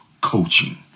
coaching